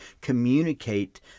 communicate